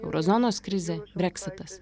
euro zonos krizė breksitas